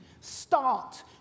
start